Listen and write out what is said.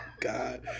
god